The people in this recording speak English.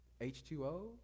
H2O